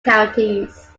counties